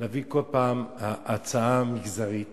להביא הצעה מגזרית